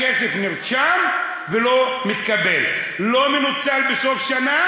הכסף נרשם ולא מתקבל, לא מנוצל בסוף השנה,